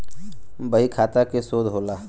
बहीखाता के शोध होला